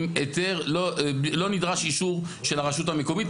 לא נדרש אישור של הרשות המקומית,